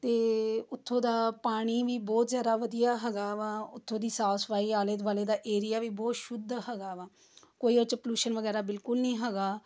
ਅਤੇ ਉੱਥੋਂ ਦਾ ਪਾਣੀ ਵੀ ਬਹੁਤ ਜ਼ਿਆਦਾ ਵਧੀਆ ਹੈਗਾ ਵਾ ਉੱਥੋਂ ਦੀ ਸਾਫ਼ ਸਫ਼ਾਈ ਆਲੇ ਦੁਆਲੇ ਦਾ ਏਰੀਆ ਵੀ ਬਹੁਤ ਸ਼ੁੱਧ ਹੈਗਾ ਵਾ ਕੋਈ ਉਹ 'ਚ ਪਲਿਊਸ਼ਨ ਵਗੈਰਾ ਬਿਲਕੁਲ ਨਹੀਂ ਹੈਗਾ